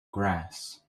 grass